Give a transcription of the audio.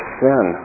sin